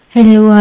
Hello